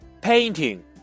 painting